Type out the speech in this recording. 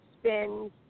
spins